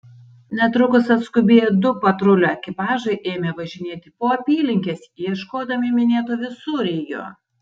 netrukus atskubėję du patrulių ekipažai ėmė važinėti po apylinkes ieškodami minėto visureigio